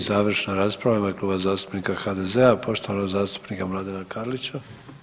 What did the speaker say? I završna rasprava u ime Kluba zastupnika HDZ-a poštovanog zastupnika Mladena Karlića.